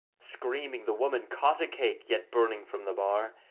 screaming, the woman caught a cake yet burning from the bar,